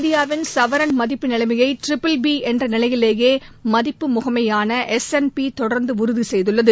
இந்தியாவின் சவரன் மதிப்பு நிலைமையை பி பி என்ற நிலையிலேயே மதிப்பு முகமையான எஸ் அன் பி தொடர்ந்து உறுதி செய்துள்ளது